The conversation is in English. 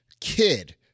kid